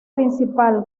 principal